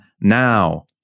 now